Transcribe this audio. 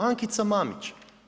Ankica Mamić.